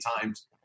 times